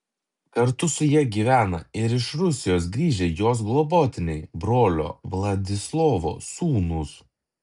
kartu su ja gyvena ir iš rusijos grįžę jos globotiniai brolio vladislovo sūnūs